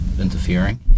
interfering